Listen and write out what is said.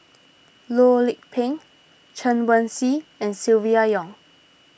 Loh Lik Peng Chen Wen Hsi and Silvia Yong